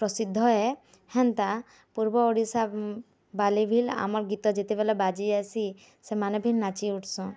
ପ୍ରସିଦ୍ଧ ହେ ହେନ୍ତା ପୂର୍ବ ଓଡ଼ିଶା ବାଲେ ବିଲ୍ ଆମର୍ ଗୀତ ଯେତେବେଳେ ବାଜିଯାଏସି ସେମାନେ ବି ନାଚି ଉଠ୍ସନ୍